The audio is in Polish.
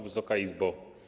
Wysoka Izbo!